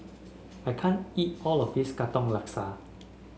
I can't eat all of this Katong Laksa